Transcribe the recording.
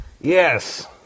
Yes